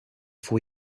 for